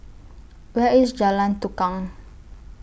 Where IS Jalan Tukang